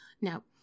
Now